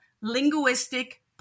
Linguistic